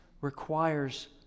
requires